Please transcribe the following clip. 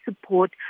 support